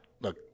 look